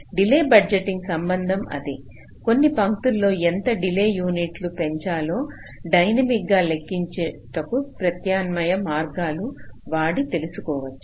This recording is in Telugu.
డిలే బడ్జెటింగ్ సంబంధం అదే కొన్ని పంక్తులలో ఎంత డిలే యూనిట్లు పెంచాలో డైనమిక్ గా లెక్కించుటకు ప్రత్యామ్నాయ మార్గాలు వాడి తెలుసుకోవచ్చు